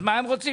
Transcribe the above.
אז מה הם רוצים?